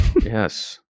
Yes